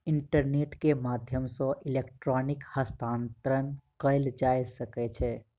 internet के माध्यम सॅ इलेक्ट्रॉनिक हस्तांतरण कयल जा सकै छै